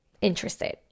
interested